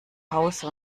hause